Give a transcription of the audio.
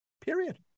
period